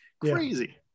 Crazy